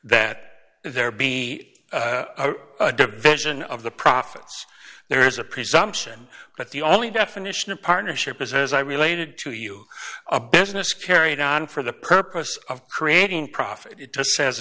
that there be a division of the profits there's a presumption that the only definition of partnership is as i related to you a business carried on for the purpose of creating profit it just says